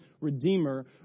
redeemer